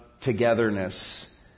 togetherness